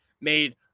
made